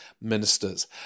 ministers